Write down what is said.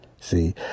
See